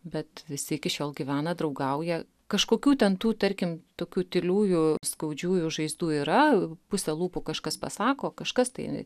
bet visi iki šiol gyvena draugauja kažkokių ten tų tarkim tokių tyliųjų skaudžiųjų žaizdų yra puse lūpų kažkas pasako kažkas tai